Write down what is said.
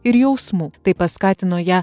ir jausmų tai paskatino ją